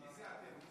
מי זה "אתם"?